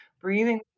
breathing